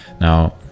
Now